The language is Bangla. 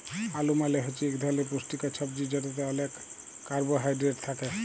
আলু মালে হছে ইক ধরলের পুষ্টিকর ছবজি যেটতে অলেক কারবোহায়ডেরেট থ্যাকে